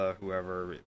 whoever